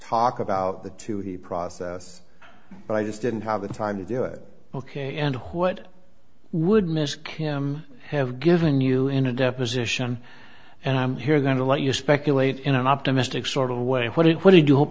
talk about the to the process but i just didn't have the time to do it ok and what would miss kim have given you in a deposition and i'm here then to let you speculate in an optimistic sort of way what it what did you hope